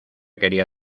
quería